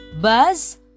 buzz